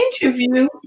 interview